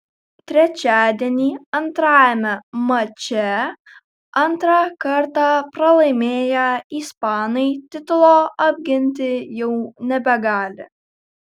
trečiadienį antrajame mače antrą kartą pralaimėję ispanai titulo apginti jau nebegali